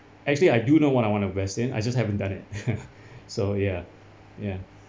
actually I do know what I want to invest in I just haven't done it so ya ya